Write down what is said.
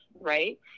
right